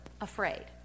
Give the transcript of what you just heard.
afraid